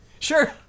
Sure